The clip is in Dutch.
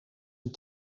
een